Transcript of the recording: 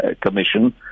commission